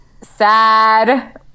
Sad